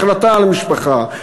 החלטה על משפחה,